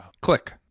click